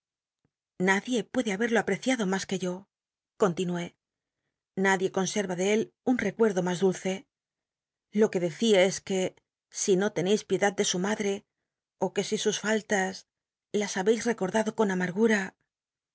nadie puede habel'lo apreciado mas qnc yo continué nad ie conserra de él un recuerdo mus dulce lo que decía es que si no lcneis piedad de su maclle ó que si sus fallas las ha beis recordado con amargum